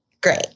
Great